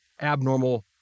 abnormal